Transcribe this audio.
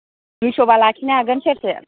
दुइछ' बा लाखिनो हागोन सेर से